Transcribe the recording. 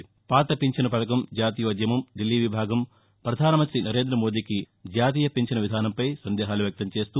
పాత పింఛను పథకం జాతీయోధ్యమం దిల్లీ విభాగం ప్రధానమంతి నరేంద్ర మోదీకి జాతీయ పింఛన్ విధానం పై సందేహాలు వ్యక్తం చేస్తూ